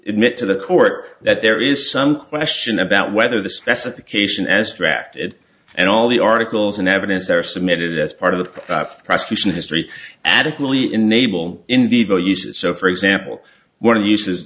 admit to the court that there is some question about whether the specification as drafted and all the articles and evidence are submitted as part of the prosecution history adequately enable in vivo uses so for example one of the